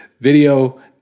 video